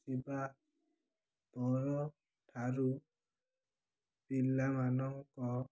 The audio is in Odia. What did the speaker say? ଥିବା ପରଠାରୁ ପିଲାମାନଙ୍କ